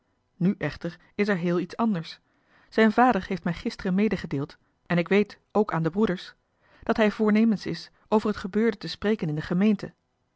nu echter is er heel iets anders zijn vader heeft mij gisteren medegedeeld en ik weet ook aan de broeders dat hij voornemens is over het gebeurde te spreken in de gemeente